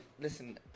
listen